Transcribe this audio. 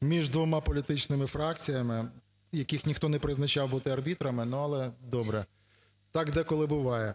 між двома політичними фракціями яких ніхто не призначав бути арбітрами. Але добре, так деколи буває.